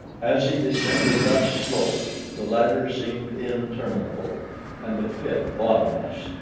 as he descended thus slowly, the ladder seemed interminable and the pit bottomless,